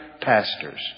pastors